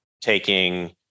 taking